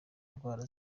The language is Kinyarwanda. indwara